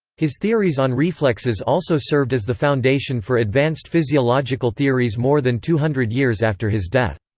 his theories on reflexes also served as the foundation for advanced physiological theories more than two hundred years after his death.